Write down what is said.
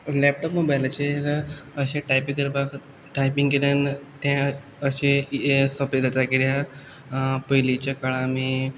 laptop माबायलाचेर अशें typing करपाक टायपींग केल्यान तें अशें हें सोपें जाता कित्याक पयलीच्या काळांत आमी